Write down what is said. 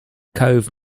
cove